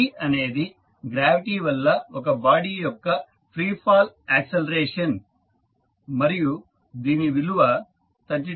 g అనేది gravity వల్ల ఒక బాడీ యొక్క ఫ్రీ ఫాల్ యాక్సిలరేషన్ మరియు దీని విలువ 32